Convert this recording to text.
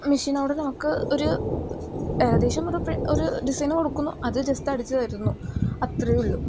മഷീനോട് നമുക്ക് ഒരു ഏകദേശമൊരു പ്രി ഒരു ഡിസൈൻ കൊടുക്കുന്നു അത് ജസ്റ്റ് അടിച്ചു തരുന്നു അത്രയേ ഉള്ളു